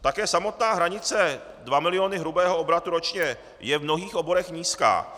Také samotná hranice dva miliony hrubého obratu ročně je v mnohých oborech nízká.